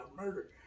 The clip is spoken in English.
murder